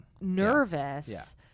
nervous